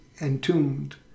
entombed